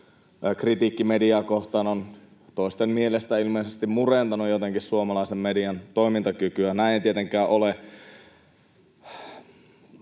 kritiikki mediaa kohtaan on toisten mielestä ilmeisesti murentanut jotenkin suomalaisen median toimintakykyä. Näin ei tietenkään ole.